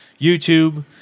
YouTube